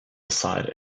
aside